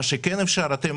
מה שכן אפשר, אתם